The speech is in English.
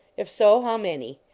if so, how many?